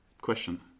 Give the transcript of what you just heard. question